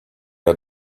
had